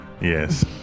Yes